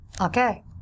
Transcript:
Okay